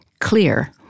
clear